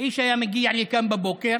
האיש היה מגיע לכאן בבוקר,